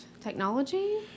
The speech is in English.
technology